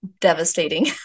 devastating